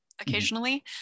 occasionally